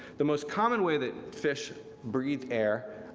the most common way that fish breathe air,